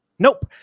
Nope